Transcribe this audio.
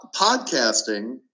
podcasting